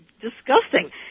disgusting